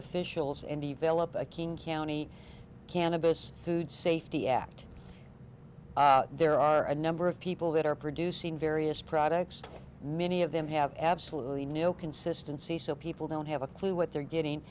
officials and evil up a king county cannabis food safety act there are a number of people that are producing various products many of them have absolutely no consistency so people don't have a clue what they're getting